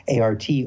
art